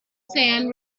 sand